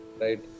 right